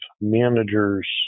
managers